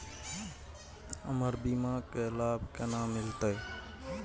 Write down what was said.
हमर बीमा के लाभ केना मिलते?